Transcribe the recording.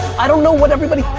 i don't know what everybody,